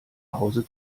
hause